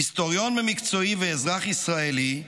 היסטוריון במקצועי ואזרח ישראלי,